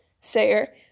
sayer